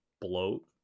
bloat